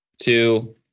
two